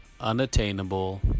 unattainable